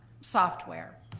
software.